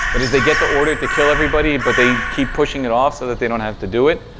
that is, they get the order to kill everybody, but they keep pushing it off so that they don't have to do it.